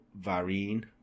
Varine